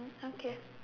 okay